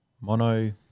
mono